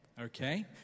okay